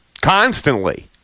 constantly